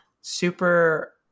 super